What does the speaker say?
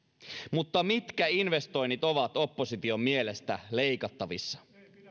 mutta mitkä investoinnit ovat opposition mielestä leikattavissa